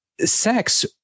sex